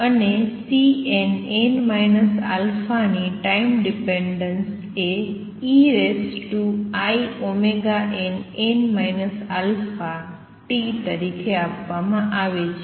અને Cnn α ની time dependence એ einn αt તરીકે આપવામાં આવે છે